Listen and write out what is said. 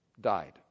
died